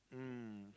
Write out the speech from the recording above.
mm